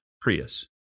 Prius